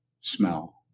smell